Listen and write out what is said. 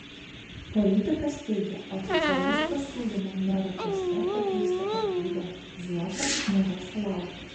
politikas teigė oficialaus pasiūlymo mero poste pakeisti artūrą zuoką nėra sulaukęs